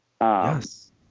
yes